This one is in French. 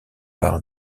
par